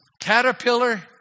caterpillar